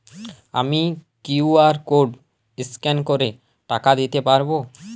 আমি QR code scan করে টাকা দিতে পারবো?